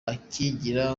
akigira